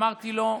אמרתי לו: